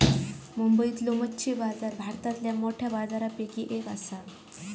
मुंबईतलो मच्छी बाजार भारतातल्या मोठ्या बाजारांपैकी एक हा